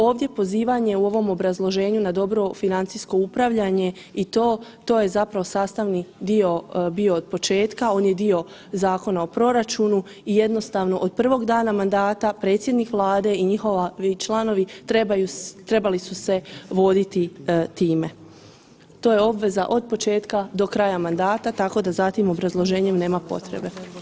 Ovdje pozivanje u ovom obrazloženju na dobro financijsko upravljanje i to, to je zapravo sastavni dio bio od početka, on je dio Zakona o proračunu i jednostavno od prvog dana mandata predsjednik Vlade i njihovi članovi trebali su se voditi time, to je obveza od početka do kraja mandata tako da za tim obrazloženjem nema potrebe.